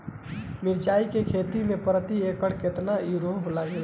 मिरचाई के खेती मे प्रति एकड़ केतना यूरिया लागे ला?